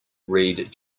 read